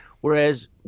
whereas